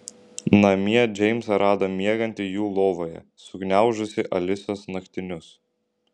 namie džeimsą rado miegantį jų lovoje sugniaužusį alisos naktinius